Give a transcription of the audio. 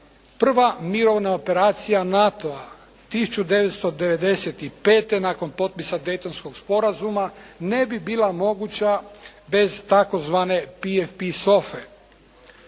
prva mirovna operacija NATO-a 1995. nakon potpisa Dejtonskog sporazuma, ne bi bila moguća bez tzv. PFP SOFA-e.